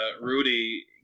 Rudy